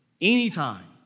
Anytime